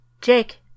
Jake